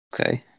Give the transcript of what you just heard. Okay